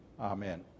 amen